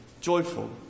joyful